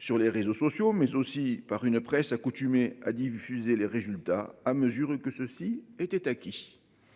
sur les réseaux sociaux mais aussi par une presse accoutumés à diffuser les résultats à mesure que ceci était acquis.